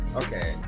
okay